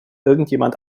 irgendjemand